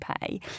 pay